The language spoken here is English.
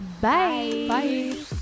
bye